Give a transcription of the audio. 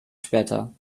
später